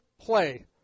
play